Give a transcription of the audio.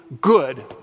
good